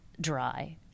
dry